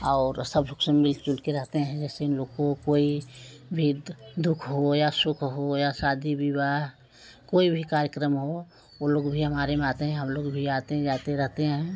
और सब लोग सब मिलजुल के रहते हैं जैसे हम लोग को कोई भी दुख हो या सुख हो या शादी विवाह कोई भी कार्यक्रम हो उन लोग भी हमारे में आते हैं हम लोग भी आते जाते रहते हैं